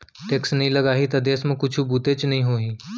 tax नइ लगाही त देस म कुछु बुतेच नइ होही